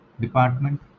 department